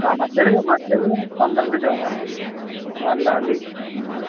അ മറ്റതിന് മറ്റതിന് പത്രണ്ട് ശതമാനം വരും നമ്മളല്ലാണ്ട്